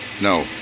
no